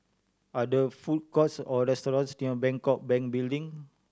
are there food courts or restaurants near Bangkok Bank Building